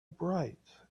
bright